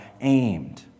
aimed